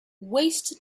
waste